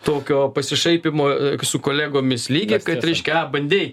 tokio pasišaipymo su kolegomis lygį kad reiškia a bandei